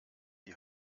die